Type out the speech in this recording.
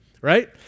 Right